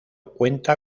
cuenta